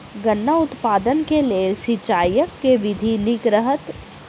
गन्ना उत्पादन केँ लेल सिंचाईक केँ विधि नीक रहत?